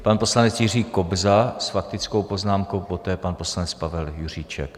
Pan poslanec Jiří Kobza s faktickou poznámkou, poté pan poslanec Pavel Juříček.